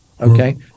okay